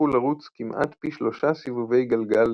התפתחו לרוץ כמעט פי שלושה סיבובי גלגל